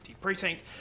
precinct